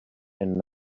and